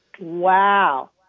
Wow